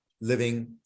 living